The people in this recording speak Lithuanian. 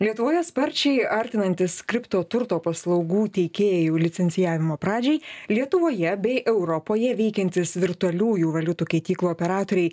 lietuvoje sparčiai artinantis kripto turto paslaugų teikėjų licencijavimo pradžiai lietuvoje bei europoje veikiantys virtualiųjų valiutų keityklų operatoriai